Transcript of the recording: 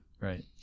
right